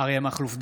אריה מכלוף דרעי,